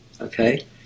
Okay